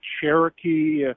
Cherokee